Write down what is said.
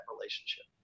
relationship